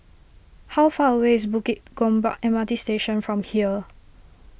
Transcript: how far away is Bukit Gombak M R T Station from here